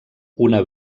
una